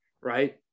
right